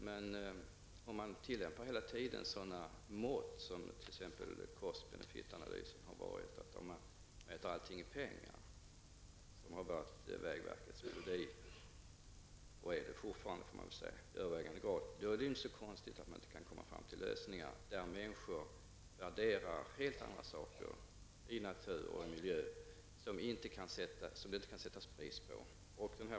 Men om man hela tiden tillämpar sådana mått som t.ex. ''cost-benefit''-analysen har varit, att man mäter allting i pengar, som ju har varit och fortfarande i övervägande grad är vägverkets melodi, då är det inte så konstigt att vi inte kan komma fram till lösningar som ger uttryck för att människor värderar helt andra saker -- i natur och miljö -- som det inte kan sättas pris på.